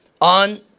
on